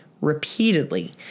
repeatedly